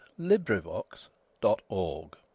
LibriVox.org